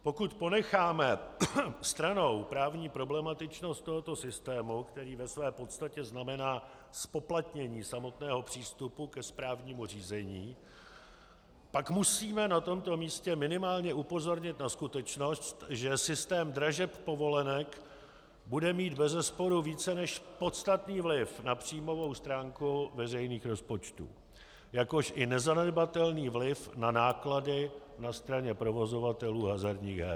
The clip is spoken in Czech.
Pokud ponecháme stranou právní problematičnost tohoto systému, který ve své podstatě znamená zpoplatnění samotného přístupu ke správnímu řízení, pak musíme na tomto místě minimálně upozornit na skutečnost, že systém dražeb povolenek bude mít bezesporu více než podstatný vliv na příjmovou stránku veřejných rozpočtů, jakož i nezanedbatelný vliv na náklady na straně provozovatelů hazardních her.